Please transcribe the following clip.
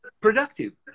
productive